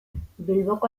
bilboko